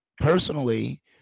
personally